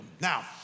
Now